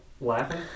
Laughing